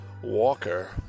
Walker